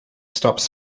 stopped